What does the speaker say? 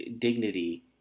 dignity